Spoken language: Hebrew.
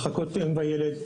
מחלקות אם וילד,